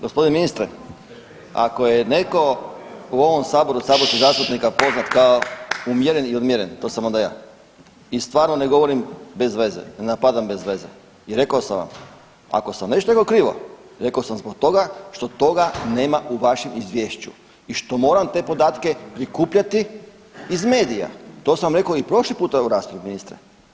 Gospodine ministre, ako je netko u ovom saboru od saborskih zastupnika poznat kao umjeren i odmjeren to sam onda ja i stvarno ne govorim bez veze i ne napadam bez veze i rekao sam vam ako sam nešto rekao krivo rekao sam zbog toga što toga nema u vašem izvješću i što moram te podatke prikupljati iz medija, to sam rekao i prošli puta u raspravi ministre.